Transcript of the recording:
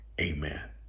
amen